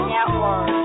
Network